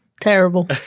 Terrible